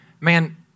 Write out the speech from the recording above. man